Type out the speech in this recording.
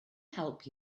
help